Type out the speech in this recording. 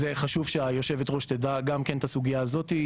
שחשוב שיושבת הראש תדע גם כן את הסוגייה הזאת.